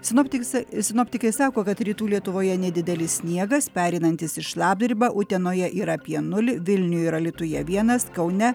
sinoptiks sinoptikai sako kad rytų lietuvoje nedidelis sniegas pereinantis į šlapdribą utenoje yra apie nulį vilniuje ir alytuje vienas kaune